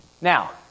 Now